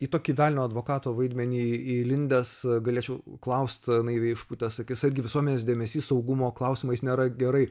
į tokį velnio advokato vaidmenį įlindęs galėčiau klaust naiviai išpūtęs akis argi visuomenės dėmesys saugumo klausimais nėra gerai